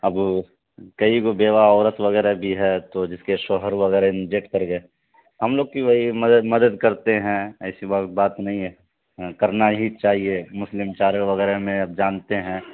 اب کئی گو بیوا عورت وغیرہ بھی ہے تو جس کے شوہر وغیرہ ڈیتھ کر گئے ہم لوگ کی بھئی مدد مدد کرتے ہیں ایسی بات نہیں ہے کرنا ہی چاہیے مسلم چارے وغیرہ میں اب جانتے ہیں